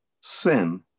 sin